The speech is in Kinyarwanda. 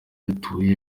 dutuye